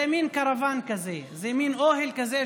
זה מין קרוואן כזה, מין אוהל כזה,